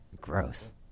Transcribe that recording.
gross